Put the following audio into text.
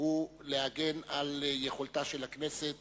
הוא להגן על יכולתה של הכנסת